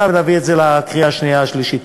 ונביא את זה לקריאה השנייה השלישית.